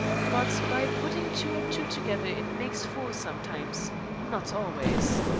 but by puttin' two and two together it makes four sometimes not always.